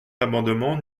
l’amendement